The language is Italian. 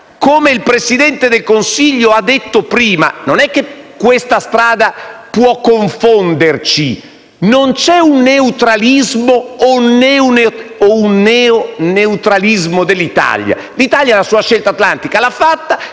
come il Presidente del Consiglio dei ministri ha detto prima, non è che questa strada può confonderci. Non c'è un neutralismo o un neo-neutralismo dell'Italia. L'Italia la sua scelta atlantica l'ha fatta